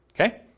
okay